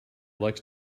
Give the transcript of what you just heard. likes